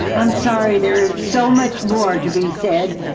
i'm sorry. there is so much more to be said.